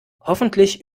hoffentlich